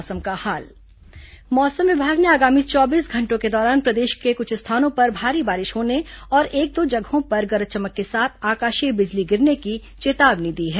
मौसम मौसम विभाग ने आगामी चौबीस घंटों के दौरान प्रदेश में कुछ स्थानों पर भारी बारिश होने और एक दो जगहों पर गरज चमक के साथ आकाशीय बिजली गिरने की चेतावनी दी है